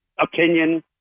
opinion